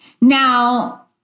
Now